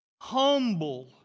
humble